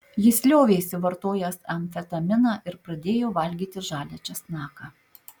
jis liovėsi vartojęs amfetaminą ir pradėjo valgyti žalią česnaką